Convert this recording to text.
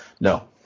No